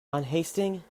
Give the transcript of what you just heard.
unhasting